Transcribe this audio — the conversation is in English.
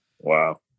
Wow